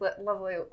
lovely